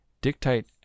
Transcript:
dictate